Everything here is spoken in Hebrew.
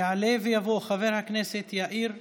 יעלה ויבוא חבר הכנסת יאיר לפיד.